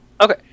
okay